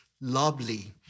lovely